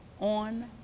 on